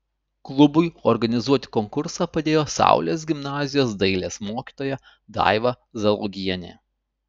klubui organizuoti konkursą padėjo saulės gimnazijos dailės mokytoja daiva zalogienė